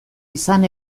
izan